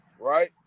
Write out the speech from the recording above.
right